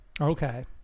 Okay